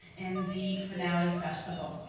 and the finale festival.